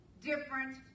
different